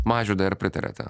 mažvydai ar pritariate